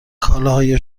کالاهای